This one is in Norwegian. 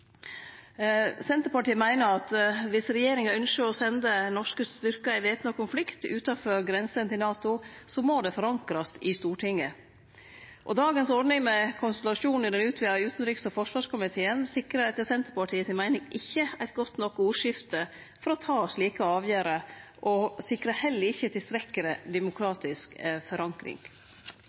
Senterpartiet meiner at om regjeringa ynskjer å sende norske styrkar i væpna konflikt utanfor grensene til NATO, må det forankrast i Stortinget. Dagens ordning med konsultasjon under den utvida utanriks- og forsvarskomiteen sikrar, etter Senterpartiets meining, ikkje eit godt nok ordskifte for å ta slike avgjerder, og sikrar heller ikkje tilstrekkeleg demokratisk forankring.